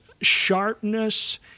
sharpness